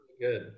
good